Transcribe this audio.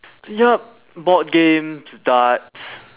yup board games darts